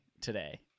today